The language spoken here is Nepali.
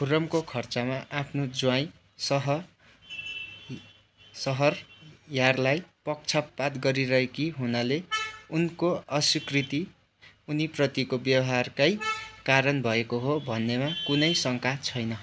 खुर्रमको खर्चमा आफ्नो ज्वाइँ सह सहर यारलाई पक्षपात गरिरहेकी हुनाले उनको अस्विकृति उनीप्रतिको व्यवहारकै कारण भएको हो भन्नेमा कुनै शङ्का छैन